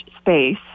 space